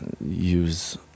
use